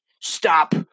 stop